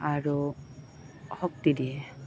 আৰু শক্তি দিয়ে